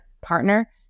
partner